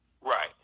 Right